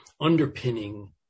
underpinning